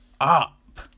up